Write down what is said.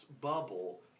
bubble